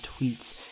tweets